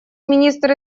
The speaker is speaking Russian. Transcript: министр